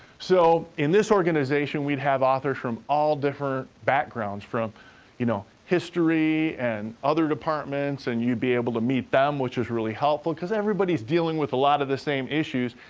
so in this organization, we'd have authors from all different backgrounds, from you know history and other departments, and you'd be able to meet them which is really helpful cause everybody's dealing with a lot of the same issues,